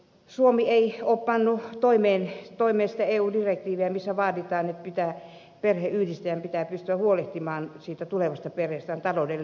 suomi ei ole pannut toimeen sitä eu direktiiviä missä vaaditaan että perheenyhdistäjän pitää pystyä huolehtimaan tulevasta perheestään taloudellisesti